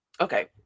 Okay